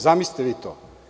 Zamislite vi to.